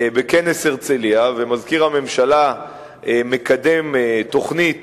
בכנס הרצלייה, ומזכיר הממשלה מקדם תוכנית